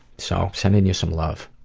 so, sending you some love.